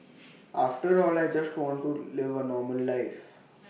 after all I just want to live A normal life